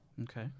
Okay